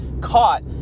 caught